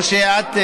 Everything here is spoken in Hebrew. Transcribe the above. או שגם את?